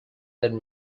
then